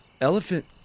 elephant